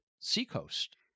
seacoast